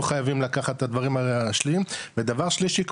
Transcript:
חייבים לקחת את הדברים השניים ודבר שלישי,